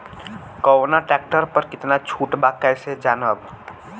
कवना ट्रेक्टर पर कितना छूट बा कैसे जानब?